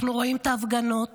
אנחנו רואים את ההפגנות,